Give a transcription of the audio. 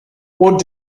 what